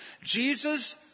Jesus